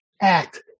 act